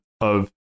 of-